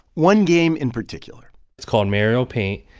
one game in particular it's called mario paint.